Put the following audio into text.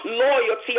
loyalty